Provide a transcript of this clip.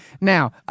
Now